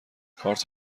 کارت